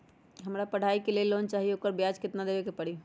हमरा पढ़ाई के लेल लोन चाहि, ओकर ब्याज केतना दबे के परी?